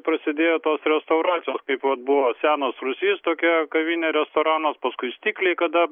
prasidėjo tos restauracijos vat buvo senas rusys tokia kavinė restoranas paskui stikliai kada